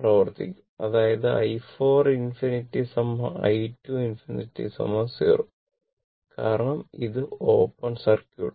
പ്രവർത്തിക്കും അതായത് i 4 ∞ i 2 ∞ 0 കാരണം ഇത് ഓപ്പൺ സർക്യൂട്ട് ആണ്